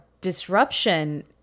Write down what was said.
disruption